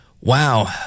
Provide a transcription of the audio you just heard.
wow